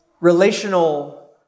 relational